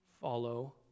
follow